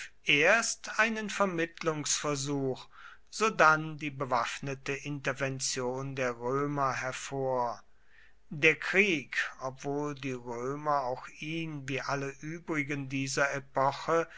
erst einen vermittlungsversuch sodann die bewaffnete intervention der römer hervor der krieg obwohl die römer auch ihn wie alle übrigen dieser epoche